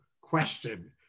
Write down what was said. question